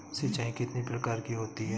सिंचाई कितनी प्रकार की होती हैं?